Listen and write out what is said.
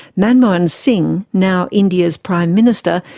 manmohan singh, now india's prime minister,